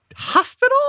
hospital